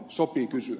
sopii kysyä